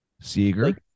Seager